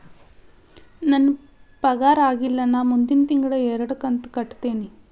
ನನ್ನ ಪಗಾರ ಆಗಿಲ್ಲ ನಾ ಮುಂದಿನ ತಿಂಗಳ ಎರಡು ಕಂತ್ ಕಟ್ಟತೇನಿ